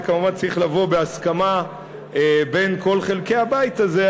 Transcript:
זה כמובן צריך לבוא בהסכמה בין כל חלקי הבית הזה,